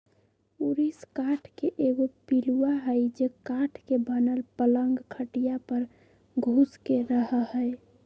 ऊरिस काठ के एगो पिलुआ हई जे काठ के बनल पलंग खटिया पर घुस के रहहै